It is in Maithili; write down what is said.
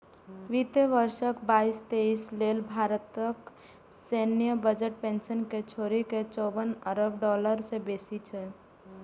वित्त वर्ष बाईस तेइस लेल भारतक सैन्य बजट पेंशन कें छोड़ि के चौवन अरब डॉलर सं बेसी छै